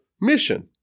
mission